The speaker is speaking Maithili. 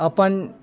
अपन